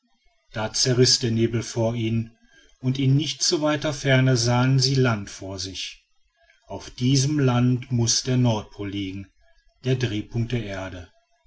da zerriß der nebel vor ihnen und in nicht zu weiter ferne sahen sie land vor sich auf diesem lande muß der nordpol liegen der drehpunkt der erde